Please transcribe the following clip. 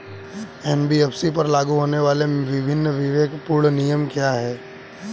NBFC पर लागू होने वाले विभिन्न विवेकपूर्ण नियम क्या हैं?